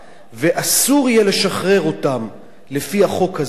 ואסור יהיה לשחרר אותם לפי החוק הזה,